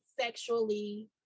sexually